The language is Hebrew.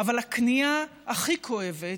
אבל הכניעה הכי כואבת,